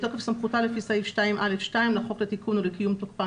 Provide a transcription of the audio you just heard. בתוקף סמכותה לפי סעיף 2(א)(2) לחוק לתיקון ולקיום תוקפן